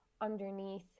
underneath